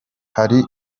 hari